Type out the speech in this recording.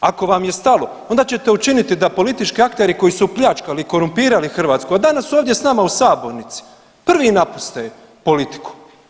Ako vam je stalo onda ćete učiniti da politički akteri koji su pljačkali, korumpirali Hrvatsku, a danas su ovdje s nama u sabornici prvi napuste politiku.